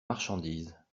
marchandises